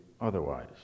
otherwise